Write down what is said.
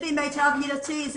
למיטב ידיעתי,